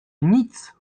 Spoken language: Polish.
nic